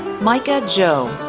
micah jo,